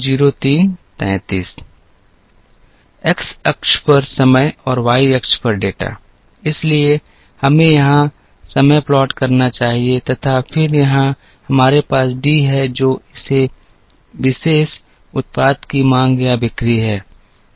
X अक्ष पर समय और y अक्ष पर डेटा इसलिए हमें यहां समय प्लाट करनाचाहिए तथा फिर यहाँ हमारे पास डी है जो इस विशेष उत्पाद की मांग या बिक्री है